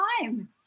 time